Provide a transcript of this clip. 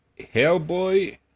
Hellboy